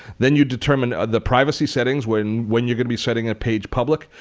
then you determine the privacy settings, when when you're going to be setting a page public,